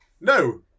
No